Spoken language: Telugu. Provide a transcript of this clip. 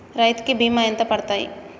రైతు కి బీమా ఎంత సాయపడ్తది?